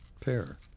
pair